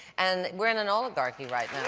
and we're in an oligarchy right now,